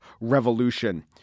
Revolution